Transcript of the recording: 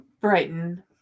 Brighton